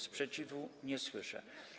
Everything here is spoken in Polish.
Sprzeciwu nie słyszę.